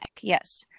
yes